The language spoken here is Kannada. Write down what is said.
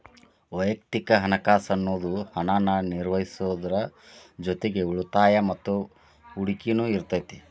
ವಯಕ್ತಿಕ ಹಣಕಾಸ್ ಅನ್ನುದು ಹಣನ ನಿರ್ವಹಿಸೋದ್ರ್ ಜೊತಿಗಿ ಉಳಿತಾಯ ಮತ್ತ ಹೂಡಕಿನು ಇರತೈತಿ